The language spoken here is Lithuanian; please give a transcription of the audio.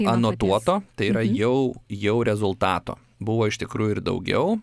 anotuoto tai yra jau jau rezultato buvo iš tikrųjų ir daugiau